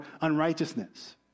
unrighteousness